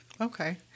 Okay